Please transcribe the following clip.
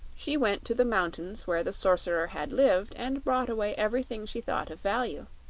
she went to the mountains where the sorcerer had lived and brought away everything she thought of value.